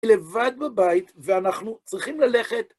היא לבד בבית ואנחנו צריכים ללכת.